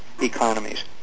Economies